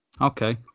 Okay